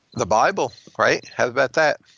the bible, right? how about that?